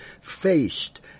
faced